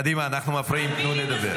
קדימה, אנחנו מפריעים, תנו לדבר.